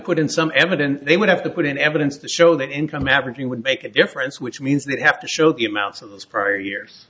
put in some evidence they would have to put in evidence to show that income averaging would make a difference which means they have to show the amounts of those prior years